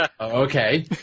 okay